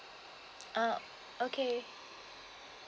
ah okay